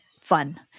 fun